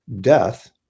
death